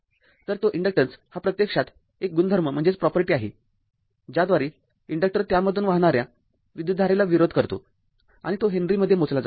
तर तो इंडक्टन्स हा प्रत्यक्षात एक गुणधर्म आहे ज्याद्वारे इन्डक्टर त्यामधून वाहणाऱ्या विद्युतधारेला विरोध करतो आणि तो हेनरीमध्ये मोजला जातो